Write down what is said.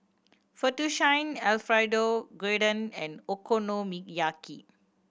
Fettuccine Alfredo Gyudon and Okonomiyaki